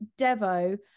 devo